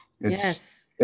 Yes